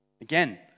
Again